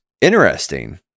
interesting